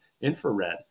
infrared